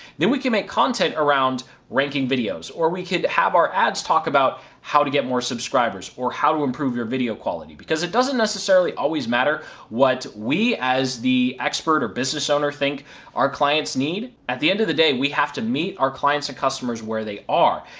then we can make content around ranking videos, or we could have our ads talk about how to get more subscribers, or how to improve their video quality. because it doesn't necessarily always matter what we as the expert of business owner think our client's need. at the end of the day, we have to meet our clients and customers where they are,